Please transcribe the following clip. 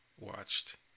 watched